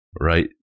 right